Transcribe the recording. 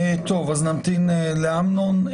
נמתין לאמנון.